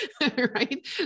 right